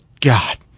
God